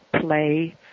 play